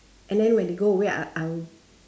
and then when they go away I I'll